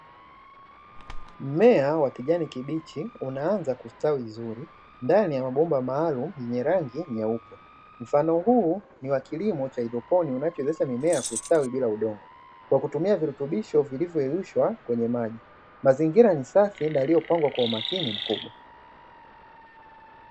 Mmea wakijani kibichi unaanza kustawi vizuri , mabomba maalumu yenye rangi nyeupe, mfumo huo wa kilimo cha haidroponi kinachowezesha mimea kukua bila udongo Kwa kutumia virutubisho vilivyoyeyushwa kwenye maji, mazingira ni safi na yaliyopangwa Kwa umakini mkubwa.